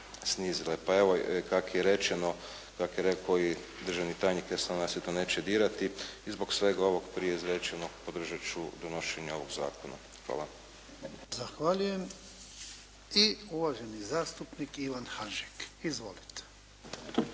Pa evo kako je rečeno, kako je rako i državni tajnik ja se nadam da vas sve to neće dirati i zbog svega ovog prije izrečenog podržat ću donošenje ovog zakona. Hvala. **Jarnjak, Ivan (HDZ)** Zahvaljujem. I uvaženi zastupnik Ivan Hanžek. Izvolite.